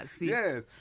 Yes